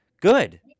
Good